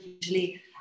usually